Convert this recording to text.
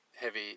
heavy